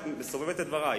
את מסובבת את דברי.